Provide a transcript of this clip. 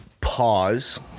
pause